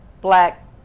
black